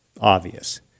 obvious